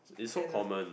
can lah